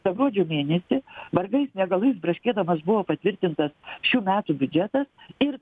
tą gruodžio mėnesį vargais negalais braškėdamas buvo patvirtintas šių metų biudžetas ir